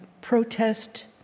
protest